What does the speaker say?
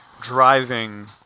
driving